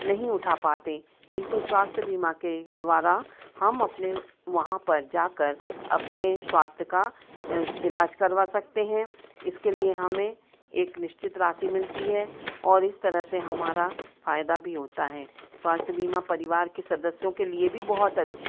नहीं उठा पाते किन्तु स्वास्थ्य बीमा के द्वारा हम अपने वहाँ पर जाकर अपने स्वास्थ्य का इलाज करवा सकते हैं इसके लिए हमें एक निश्चित राशि मिलती है और इस तरह से हमारा फायदा भी होता है स्वास्थ्य बीमा परिवार के सदस्यों के लिए भी बहुत